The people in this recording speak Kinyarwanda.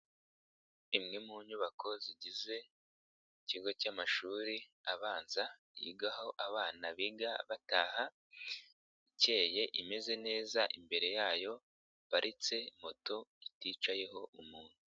Imwe mu nyubako zigize ikigo cy'amashuri abanza, yigaho abana biga bataha ikeye imeze neza, imbere yayo haparitse moto iticayeho umuntu.